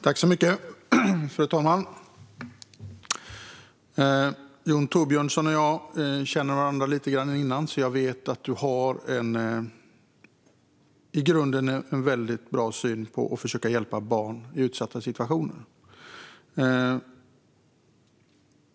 Fru talman! Jon Thorbjörnson och jag känner varandra lite grann sedan innan, så jag vet att han har en i grunden väldigt bra syn på att försöka hjälpa barn i utsatta situationer.